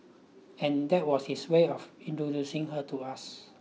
and that was his way of introducing her to us